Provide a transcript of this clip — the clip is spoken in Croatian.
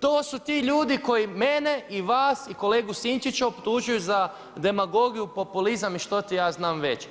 to su ti ljudi koji mene i vas i kolegu Sinčića optužuju za demagogiju, populizam i što ti ja znam već.